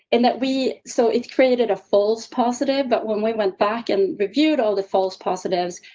and that we so it created a false positive but when we went back and reviewed all the false positives,